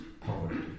poverty